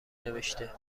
نوشته